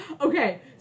Okay